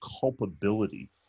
culpability